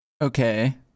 Okay